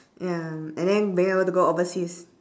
ya and then being able to go overseas